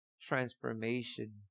transformation